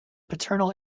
paternal